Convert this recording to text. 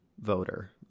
voter